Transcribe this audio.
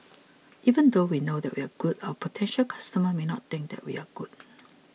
even though we know that we are good our potential customers may not think that we are good